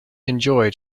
enjoy